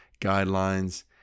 guidelines